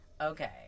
Okay